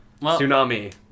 Tsunami